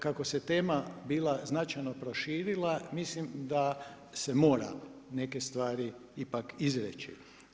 Kako se tema bila značajno proširila, mislim da se mora neke stvari ipak izreći.